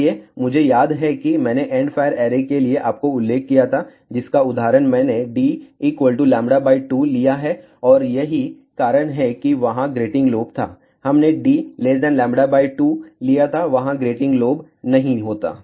इसलिए मुझे याद है कि मैंने एंडफायर ऐरे के लिए आपको उल्लेख किया था जिसका उदाहरण मैंने d λ 2 लिया है और यही कारण है कि वहाँ ग्रेटिंग लोब था हमने d λ2 लिया था वहाँ ग्रेटिंग लोब नहीं होता